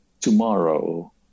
tomorrow